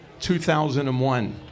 2001